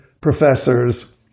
professors